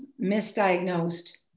misdiagnosed